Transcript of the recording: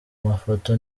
mafoto